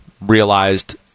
realized